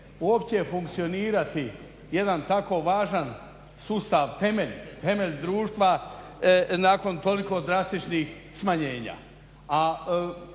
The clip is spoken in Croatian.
uopće funkcionirati jedan tako važan sustav, temelj društva nakon toliko drastičnih smanjenja.